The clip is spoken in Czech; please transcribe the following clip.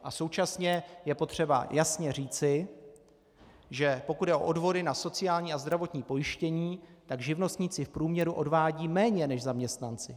A současně je potřeba jasně říci, že pokud jde o odvody na sociální a zdravotní pojištění, tak živnostníci v průměru odvádějí méně než zaměstnanci.